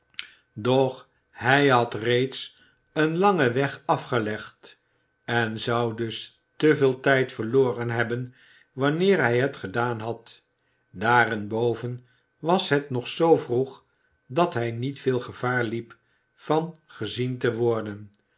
doch hij had reeds een langen weg afgelegd en zou dus te veel tijd verloren hebben wanneer hij het gedaan had daarenboven was het nog zoo vroeg dat hij niet veel gevaar liep van gezien te worden